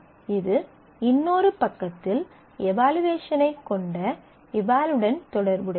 இது இன்னொரு பக்கத்தில் எவலுயேசனைக் கொண்ட எவலுடன் தொடர்புடையது